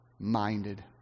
Minded